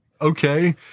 okay